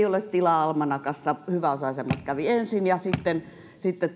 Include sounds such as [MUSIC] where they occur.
[UNINTELLIGIBLE] ole tilaa almanakassa hyväosaisemmat kävivät ensin ja sitten sitten